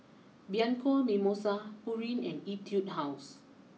Bianco Mimosa Pureen and Etude house